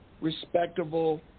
respectable